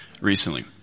recently